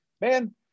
man